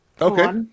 Okay